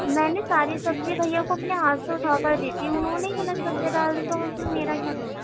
میں نے ساری سبزیاں بھیا کو اپنے ہاتھ سے اٹھا کر دی تھی انہوں نے ہی غلط سبزیاں ڈال دیں تو اس میں میرا کیا دوش